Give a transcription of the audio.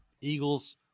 Eagles